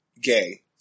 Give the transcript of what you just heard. gay